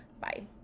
Bye